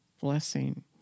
blessing